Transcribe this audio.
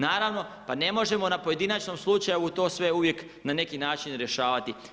Naravno, pa ne možemo na pojedinačnom slučaju to sve uvijek na neki način rješavati.